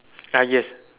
ah yes